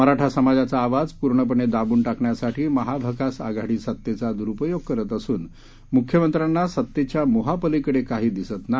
मराठा समाजाचा आवाज पूर्णपणे दाबून टाकण्यासाठी महाभकास आघाडी सत्तेचा दुरुपयोग करत असून मुख्यमंत्र्यांना सत्तेच्या मोहा पलीकडे काही दिसत नाही